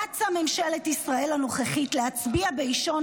רצה ממשלת ישראל הנוכחית להצביע באישון